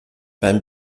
beim